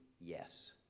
yes